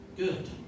Good